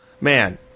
Man